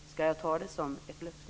Ska jag ta detta som ett löfte?